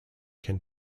can